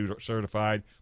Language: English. certified